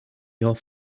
your